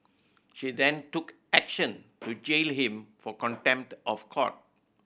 she then took action to jail him for contempt of court